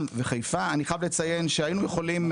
לעניין בסוכנות היהודית,